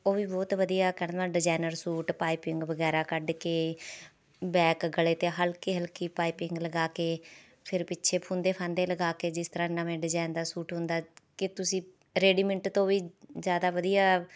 ਉਹ ਵੀ ਬਹੁਤ ਵਧੀਆ ਕਢਣਾ ਡੀਜਾਈਨਰ ਸੂਟ ਪਾਈਪਿੰਗ ਵਗੈਰਾ ਕਢ ਕੇ ਬੈਕ ਗਲੇ 'ਤੇ ਹਲਕੀ ਹਲਕੀ ਪਾਈਪਿੰਗ ਲਗਾ ਕੇ ਫਿਰ ਪਿੱਛੇ ਫੂੰਦੇ ਫਾਂਦੇ ਲਗਾ ਕੇ ਜਿਸ ਤਰ੍ਹਾਂ ਨਵੇਂ ਡੀਜਾਈਨ ਦਾ ਸੂਟ ਹੁੰਦਾ ਕਿ ਤੁਸੀਂ ਰੇਡੀਮੇਟ ਤੋਂ ਵੀ ਜ਼ਿਆਦਾ ਵਧੀਆ